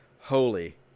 Holy